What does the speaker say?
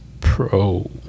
pro